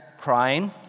crying